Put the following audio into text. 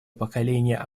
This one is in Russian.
поколения